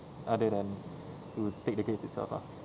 other than to take the grades itself ah